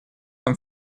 вам